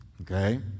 Okay